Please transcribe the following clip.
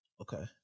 Okay